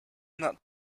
not